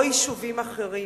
או ביישובים אחרים?